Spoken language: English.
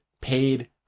paid